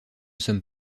sommes